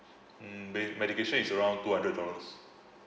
mm me~ medication is around two hundred dollars